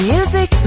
Music